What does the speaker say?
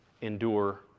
endure